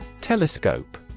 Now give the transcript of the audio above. Telescope